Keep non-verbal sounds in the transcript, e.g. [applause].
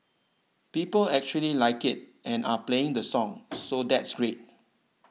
people actually like it and are playing the song [noise] so that's great